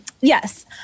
yes